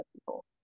people